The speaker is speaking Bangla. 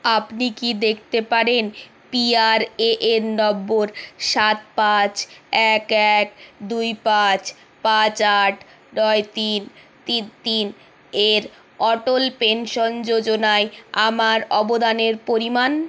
আপনি কি দেখতে পারেন পিআরএএন নম্বর সাত পাঁচ এক এক দুই পাঁচ পাঁচ আট নয় তিন তিন তিন এর অটল পেনশন যোজনায় আমার অবদানের পরিমাণ